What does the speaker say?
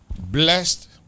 Blessed